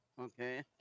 Okay